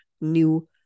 new